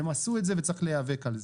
והם עשו את זה וצריך להיאבק על זה.